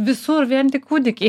visur vien tik kūdikiai